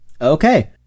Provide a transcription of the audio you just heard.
okay